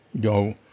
go